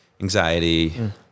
anxiety